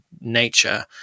nature